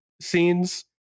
scenes